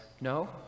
no